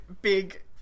big